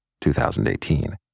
2018